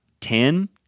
ten